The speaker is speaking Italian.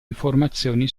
informazioni